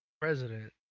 president